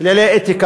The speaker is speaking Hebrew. יש כללי אתיקה.